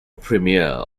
premier